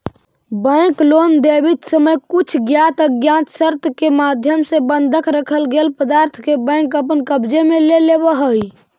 bank loan देवित समय कुछ ज्ञात अज्ञात शर्त के माध्यम से बंधक रखल गेल पदार्थ के बैंक अपन कब्जे में ले लेवऽ हइ